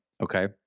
okay